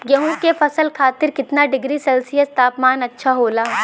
गेहूँ के फसल खातीर कितना डिग्री सेल्सीयस तापमान अच्छा होला?